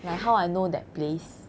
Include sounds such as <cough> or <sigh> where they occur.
<noise>